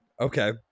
okay